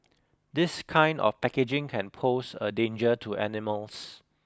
this kind of packaging can pose a danger to animals